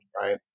right